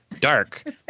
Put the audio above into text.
dark